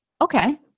Okay